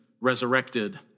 resurrected